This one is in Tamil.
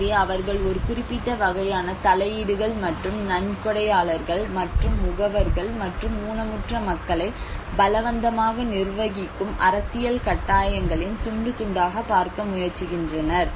எனவே அவர்கள் ஒரு குறிப்பிட்ட வகையான தலையீடுகள் மற்றும் நன்கொடையாளர்கள் மற்றும் முகவர்கள் மற்றும் ஊனமுற்ற மக்களை பலவந்தமாக நிர்வகிக்கும் அரசியல் கட்டாயங்களின் துண்டு துண்டாகப் பார்க்க முயற்சிக்கின்றனர்